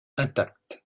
intacte